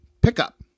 pickup